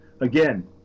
again